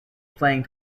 playing